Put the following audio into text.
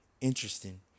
interesting